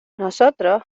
nosotros